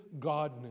godness